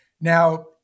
Now